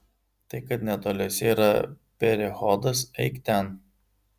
tai kad netoliese yra perechodas eik ten